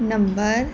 number